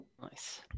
Nice